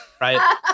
right